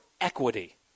equity